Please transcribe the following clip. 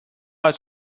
our